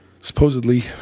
Supposedly